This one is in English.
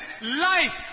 life